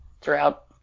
throughout